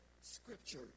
scripture